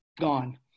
gone